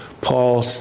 Paul